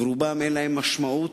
ורובם, אין להם משמעות.